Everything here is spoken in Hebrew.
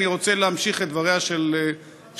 אני רוצה להמשיך את דבריה של קסניה,